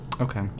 Okay